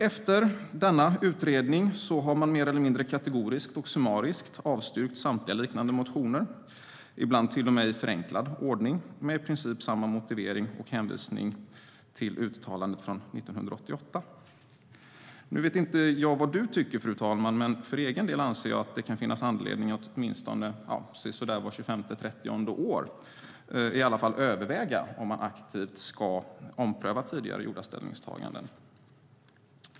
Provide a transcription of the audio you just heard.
Efter denna utredning har man mer eller mindre kategoriskt och summariskt avstyrkt samtliga liknande motioner, ibland till och med i förenklad ordning, med i princip samma motivering och hänvisning till uttalandet från 1988. Jag vet inte vad du tycker, fru talman, men för egen del anser jag att det kan finnas anledning att åtminstone sisådär vart 25:e, 30:e år i alla fall överväga om man aktivt ska ompröva tidigare gjorda ställningstaganden.